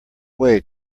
way